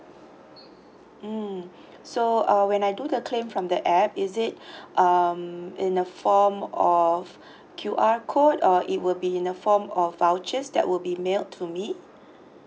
mm so uh when I do the claim from the app is it um in a form of Q_R code or it will be in a form of vouchers that will be mailed to me